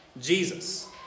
Jesus